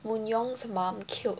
woon yong's mum killed